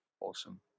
Awesome